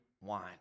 wine